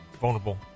vulnerable